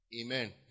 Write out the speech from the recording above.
Amen